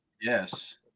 yes